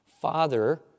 Father